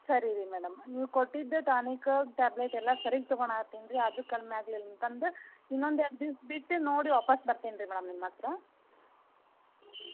ಸರಿ ರೀ ಮೇಡಮ್ ನೀವು ಕೊಟ್ಟಿದ್ದು ಟಾನಿಕ ಟ್ಯಾಬ್ಲೆಟೆಲ್ಲ ಸರಿ ತಗೋಣ ಹತ್ತೀನಿ ರೀ ಆದರು ಕಡಮೆ ಆಗಲಿಲ್ಲ ಅಂತಂದು ಇನ್ನೊಂದು ಎರಡು ದಿವ್ಸ ಬಿಟ್ಟು ನೋಡಿ ವಾಪಾಸ್ಸು ಬರ್ತಿನಿ ರೀ ಮೇಡಮ್ ನಿಮ್ಮ ಹತ್ತಿರ